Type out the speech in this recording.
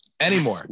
anymore